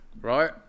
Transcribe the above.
Right